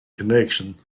connection